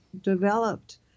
developed